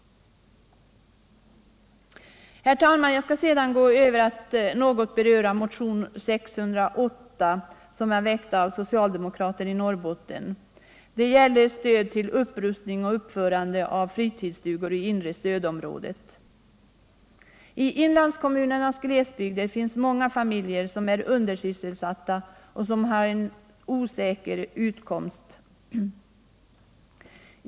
Herr talman! Jag skall sedan gå över till att något beröra motionen 608, som är väckt av socialdemokrater i Norrbotten. Det gäller stöd till upprustning och uppförande av fritidsstugor i inre stödområdet. I inlandskommunernas glesbygder finns många familjer som är undersysselsatta och som har en osäker utkomst.